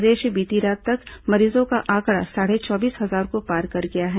प्रदेश में बीती रात तक मरीजों का आंकड़ा साढ़े चौबीस हजार को पार कर गया है